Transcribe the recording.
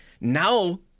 Now